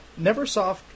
Neversoft